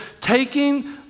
taking